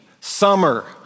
summer